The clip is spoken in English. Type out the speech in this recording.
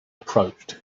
approached